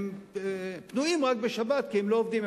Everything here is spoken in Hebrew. הם פנויים רק בשבת כי אז הם לא עובדים,